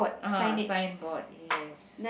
ah signboard yes